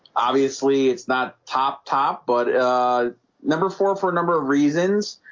obviously it's not top top but ah number four for a number of reasons